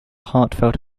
heartfelt